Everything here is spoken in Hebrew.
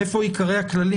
איפה עיקרי הכללים,